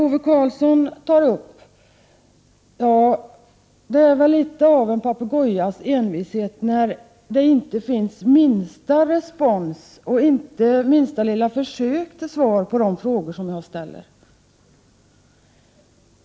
Ove Karlsson visar väl litet av en papegojas envishet, när han inte ger minsta respons eller gör det minsta lilla försök att svara på de frågor som jag ställer.